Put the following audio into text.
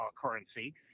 currency